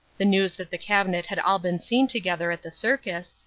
the news that the cabinet had all been seen together at the circus,